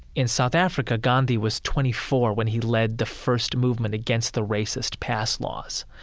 in south africa, gandhi was twenty four when he led the first movement against the racist pass laws.